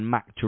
Mac